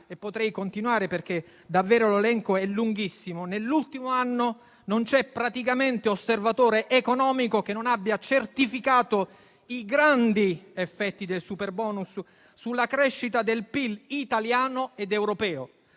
(e potrei continuare, perché l'elenco è davvero lunghissimo): nell'ultimo anno non c'è praticamente osservatore economico che non abbia certificato i grandi effetti del superbonus sulla crescita del PIL italiano ed europeo,